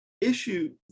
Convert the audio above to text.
issue